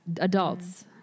Adults